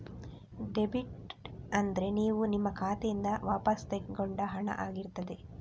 debit ಅಂದ್ರೆ ನೀವು ನಿಮ್ಮ ಖಾತೆಯಿಂದ ವಾಪಸ್ಸು ತಗೊಂಡ ಹಣ ಆಗಿರ್ತದೆ